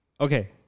Okay